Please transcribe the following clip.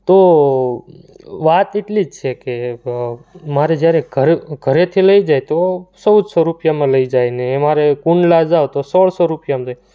તો વાત એટલી જ છે કે મારે જ્યારે ઘરે ઘરેથી લઈ જાય તો ચૌદસો રૂપિયામાં લઈ જાય ને મારે કુંડલા જઉં તો સોળસો રૂપિયામાં જાય